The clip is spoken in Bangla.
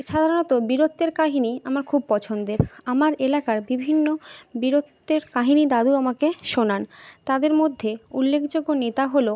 সাধারণত বীরত্বের কাহিনি আমার খুব পছন্দের আমার এলাকার বিভিন্ন বীরত্বের কাহিনি দাদু আমাকে শোনান তাদের মধ্যে উল্লেখযোগ্য নেতা হল